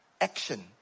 action